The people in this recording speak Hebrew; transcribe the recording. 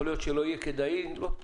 יכול להיות שלא יהיה כדאי לו,